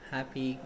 Happy